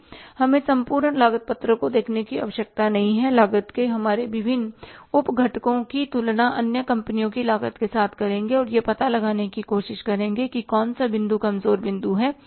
हमें संपूर्ण लागत पत्रक को देखने की आवश्यकता नहीं है लागत के हमारे विभिन्न उप घटकों की तुलना अन्य कंपनियों की लागत के साथ करेंगे और यह पता लगाने की कोशिश करेंगे कि कौन सा बिंदु कमजोर बिंदु है